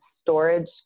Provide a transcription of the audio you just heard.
storage